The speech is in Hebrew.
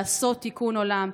לעשות תיקון עולם.